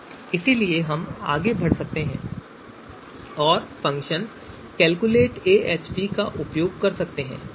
इसलिए हम आगे बढ़ सकते हैं और फ़ंक्शन कैलकुलेटएएचपी का उपयोग कर सकते हैं